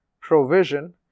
provision